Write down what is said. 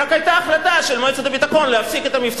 ורק היתה החלטה של מועצת הביטחון להפסיק את מבצע